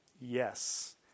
Yes